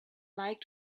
like